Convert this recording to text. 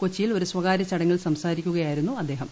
കൊച്ചിയിൽ ഒരു സ്ഥകാര്യ ചടങ്ങിൽ സംസാരിക്കുകയായിരുന്നു അദ്ദേഹം